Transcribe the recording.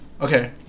Okay